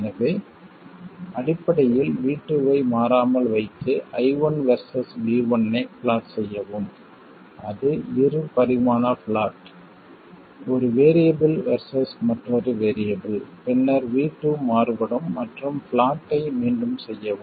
எனவே அடிப்படையில் V2 ஐ மாறாமல் வைத்து I1 வெர்சஸ் V1 ஐ ப்ளாட் செய்யவும் அது இரு பரிமாண ப்ளாட் ஒரு வேறியபிள் வெர்சஸ் மற்றொரு வேறியபிள் பின்னர் V2 மாறுபடும் மற்றும் ப்ளாட் ஐ மீண்டும் செய்யவும்